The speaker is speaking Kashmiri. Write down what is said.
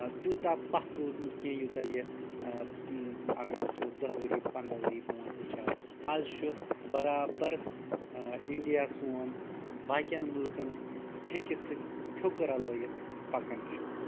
توٗتاہ پتھ روٗدمُت کینٛہہ یوٗتاہ یہِ اگر وٕچھو دٔہ ؤری پنٛداہ ؤری برونٛٹھ وٕچھاو آز چھُ برابر اِنڈیا سون باقین مُلکن پھیکہِ سۭتۍ پھوٚک رلٲوِتھ پکان چھُ